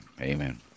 Amen